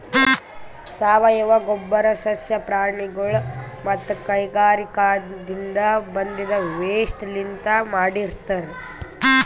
ಸಾವಯವ ಗೊಬ್ಬರ್ ಸಸ್ಯ ಪ್ರಾಣಿಗೊಳ್ ಮತ್ತ್ ಕೈಗಾರಿಕಾದಿನ್ದ ಬಂದಿದ್ ವೇಸ್ಟ್ ಲಿಂತ್ ಮಾಡಿರ್ತರ್